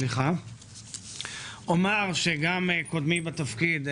אומר שגם קודמי בתפקיד,